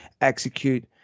execute